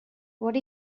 what